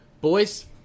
boys